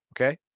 okay